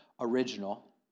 original